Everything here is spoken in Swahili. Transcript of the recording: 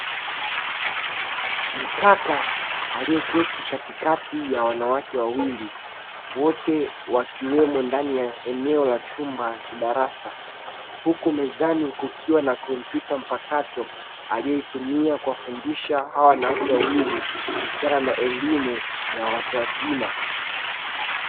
Mkaka alieketi katikati ya wanawake wawili wote wakiwemo ndani ya eneo la chumba cha darasa huku mezani kukiwa na kompyuta mpakato alioitumia kuwafundisha hao wanawake wawili kuhusiana na elimu ya watu wazima.